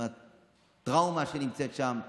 עם הטראומה שנמצאת שם.